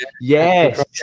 Yes